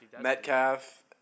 Metcalf